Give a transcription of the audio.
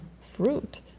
fruit